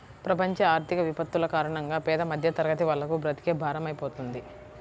ప్రపంచ ఆర్థిక విపత్తుల కారణంగా పేద మధ్యతరగతి వాళ్లకు బ్రతుకే భారమైపోతుంది